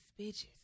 bitches